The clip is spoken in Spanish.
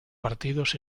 partidos